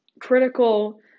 critical